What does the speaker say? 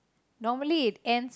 normally it end